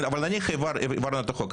נניח העברנו את החוק.